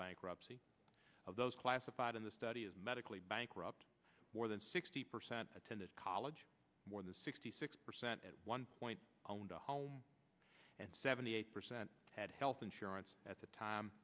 bankruptcy of those classified in the study is medically bankrupt more than sixty percent attended college more than sixty six percent at one point owned a home and seventy eight percent had health insurance at the time